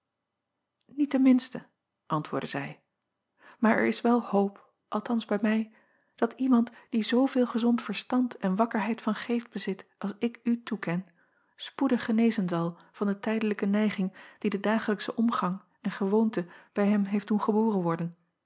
de minste antwoordde zij maar er is wel hoop althans bij mij dat iemand die zooveel gezond verstand en wakkerheid van geest bezit als ik u toeken spoedig genezen zal van de tijdelijke neiging die de dagelijksche omgang en gewoonte bij hem heeft doen geboren worden